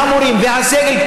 המורים והסגל,